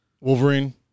Wolverine